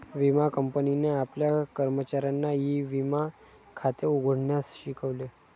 विमा कंपनीने आपल्या कर्मचाऱ्यांना ई विमा खाते उघडण्यास शिकवले